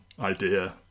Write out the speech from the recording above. idea